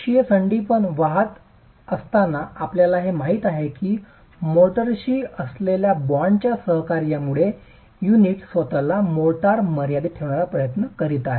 अक्षीय संपीडन वाढत असताना आपल्याला हे माहित आहे की मोर्टारशी असलेल्या बॉन्डच्या सहकार्यामुळे युनिट स्वत ला मोर्टार मर्यादीत ठेवण्याचा प्रयत्न करीत आहे